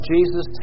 Jesus